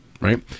right